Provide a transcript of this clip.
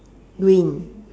green